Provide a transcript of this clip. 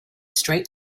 straight